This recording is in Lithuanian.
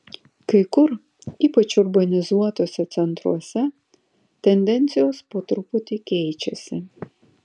kai kur ypač urbanizuotuose centruose tendencijos po truputį keičiasi